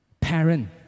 parent